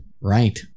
Right